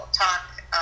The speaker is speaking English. talk